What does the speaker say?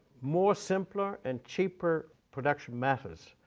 more simpler and cheaper production matters,